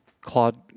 Claude